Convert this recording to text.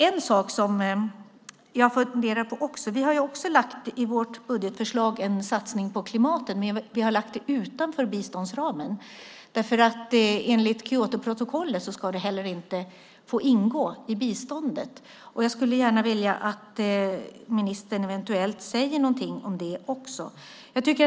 Vi har lagt fram i vårt budgetförslag en satsning på klimatet, men vi har lagt den utanför biståndsramen. Enligt Kyotoprotokollet ska det inte heller få ingå i biståndet. Jag skulle gärna vilja att ministern säger någonting om det också.